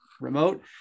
remote